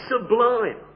sublime